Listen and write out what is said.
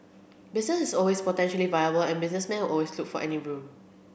business is always potentially viable and businessmen will always look for any room